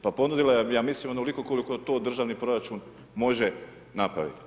Pa ponudila je, ja mislim, onoliko koliko to državni proračun može napraviti.